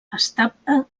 estable